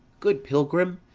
good pilgrim,